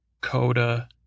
Coda